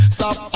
Stop